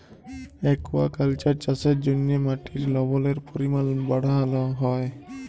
aquaculture চাষের জ্যনহে মাটির লবলের পরিমাল বাড়হাল হ্যয়